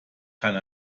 kann